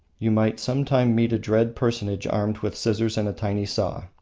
you might some time meet a dread personage armed with scissors and a tiny saw.